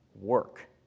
work